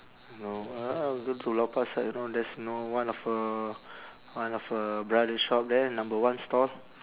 know uh go to lau pa sat you know there's know one of a one of a brother shop there number one stall